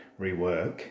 rework